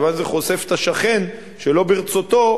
כיוון שזה חושף את השכן שלא ברצותו,